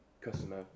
customer